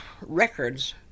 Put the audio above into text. records